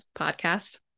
podcast